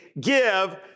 give